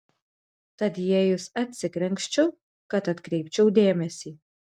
tad įėjusi atsikrenkščiu kad atkreipčiau dėmesį